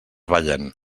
ballen